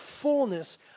fullness